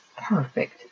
perfect